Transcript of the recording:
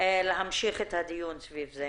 להמשיך את הדיון סביב זה.